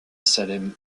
salem